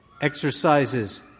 exercises